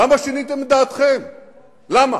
למה